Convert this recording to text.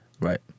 Right